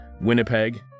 Winnipeg